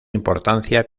importancia